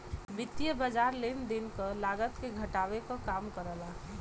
वित्तीय बाज़ार लेन देन क लागत के घटावे क काम करला